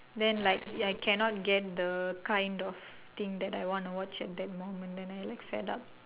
then like I cannot get the kind of thing that I want to watch at that moment then I like fed up